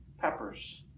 peppers